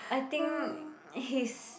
I think he's